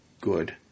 good